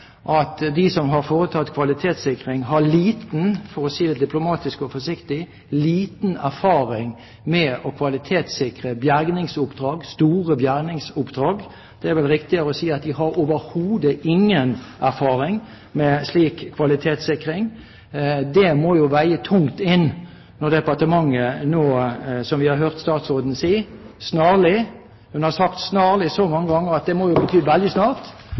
at de som har foretatt kvalitetssikring, har, for å si det diplomatisk og forsiktig, liten erfaring med å kvalitetssikre bergingsoppdrag, store bergingsoppdrag. Det er vel riktigere å si at de har overhodet ingen erfaring med slik kvalitetssikring. Det må jo veie tungt når departementet nå, som vi har hørt statsråden si, snarlig – hun har sagt snarlig så mange ganger at det må jo bety veldig snart